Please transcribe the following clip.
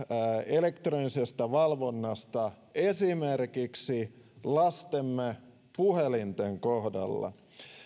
elektronisesta valvonnasta esimerkiksi lastemme puhelinten kohdalla